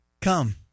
Come